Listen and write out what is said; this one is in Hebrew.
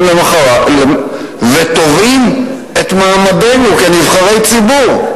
למחרת ותובעים את מעמדנו כנבחרי ציבור?